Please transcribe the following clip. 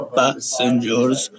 passengers